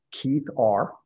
keithr